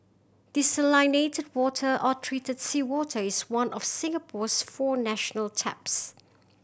desalinated water or treated seawater is one of Singapore's four national taps